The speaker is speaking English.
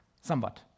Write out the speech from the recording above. somewhat